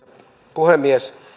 puhemies